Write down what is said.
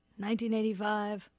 1985